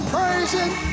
Praising